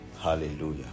Hallelujah